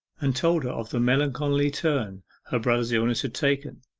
and told her of the melancholy turn her brother's illness had taken.